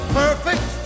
perfect